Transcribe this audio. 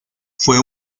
fue